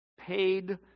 paid